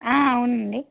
అవునండి